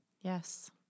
yes